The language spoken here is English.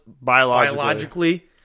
Biologically